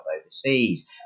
overseas